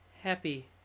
Happy